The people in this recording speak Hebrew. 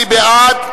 מי בעד?